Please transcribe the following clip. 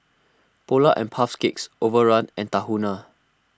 Polar and Puff's Cakes Overrun and Tahuna